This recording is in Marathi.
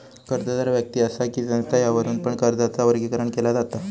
कर्जदार व्यक्ति असा कि संस्था यावरुन पण कर्जाचा वर्गीकरण केला जाता